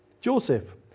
Joseph